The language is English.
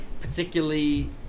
particularly